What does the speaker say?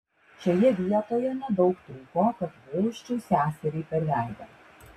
šioje vietoje nedaug trūko kad vožčiau seseriai per veidą